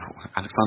Alexander